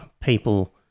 people